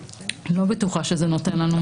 כך שאני לא בטוחה שזה נותן לנו מענה טוב.